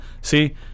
see